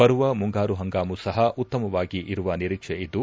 ಬರುವ ಮುಂಗಾರು ಪಂಗಾಮು ಸಪ ಉತ್ತಮವಾಗಿರುವ ನಿರೀಕ್ಷೆಯುದ್ದು